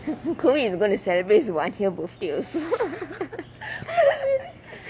COVID is going to celebrate its one year birthday also